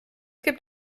gibt